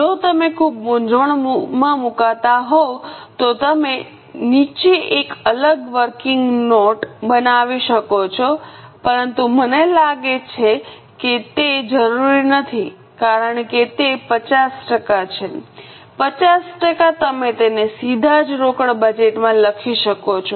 જો તમે ખૂબ મૂંઝવણમાં મુકાતા હોવ તો તમે નીચે એક અલગ વર્કિંગ નોટ બનાવી શકો છો પરંતુ મને લાગે છે કે તે જરૂરી નથી કારણ કે તે 50 ટકા છે 50 ટકા તમે તેને સીધા જ રોકડ બજેટમાં લખી શકો છો